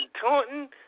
taunting